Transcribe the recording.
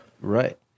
right